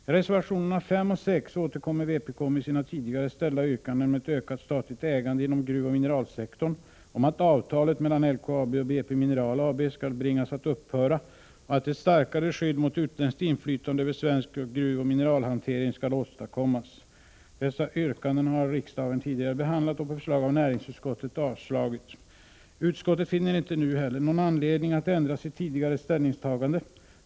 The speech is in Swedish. I reservationerna 5 och 6 återkommer vpk med sina tidigare ställda yrkanden om ett ökat statligt ägande inom gruvoch mineralsektorn, om att avtalet mellan LKAB och BP Mineral AB skall bringas att upphöra och om att ett starkare skydd mot utländskt inflytande över svensk gruvoch mineralhantering skall åstadkommas. Dessa yrkanden har riksdagen tidigare behandlat och på förslag av näringsutskottet avslagit. Utskottet finner inte nu någon anledning att ändra sitt tidigare ställningstagande.